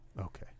okay